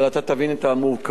אבל אתה תבין את המורכבות,